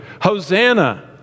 Hosanna